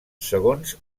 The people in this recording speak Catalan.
segons